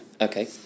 Okay